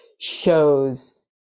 shows